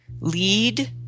Lead